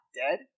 dead